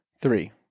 three